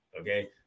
okay